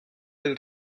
del